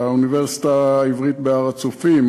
האוניברסיטה העברית בהר-הצופים,